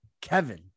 Kevin